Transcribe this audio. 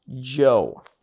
Joe